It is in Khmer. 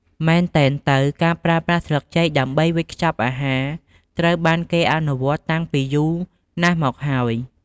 មែនទែនទៅ ការប្រើប្រាស់ស្លឹកចេកដើម្បីវេចខ្ចប់អាហារ ត្រូវបានគេអនុវត្តតាំងពីយូរណាស់មកហើយ។